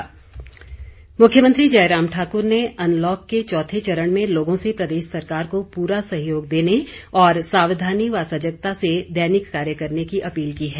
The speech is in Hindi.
मुख्यमंत्री अपील मुख्यमंत्री जयराम ठाकुर ने अनलॉक के चौथे चरण में लोगों से प्रदेश सरकार को पूरा सहयोग देने और सावधानी व सजगता से दैनिक कार्य करने की अपील की है